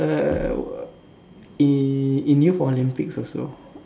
uh in in youth Olympics also